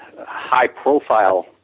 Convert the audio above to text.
high-profile